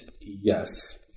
yes